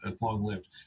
long-lived